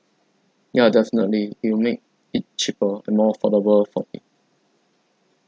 ya definitely it'll make it cheaper and more affordable for me